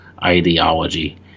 ideology